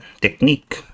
technique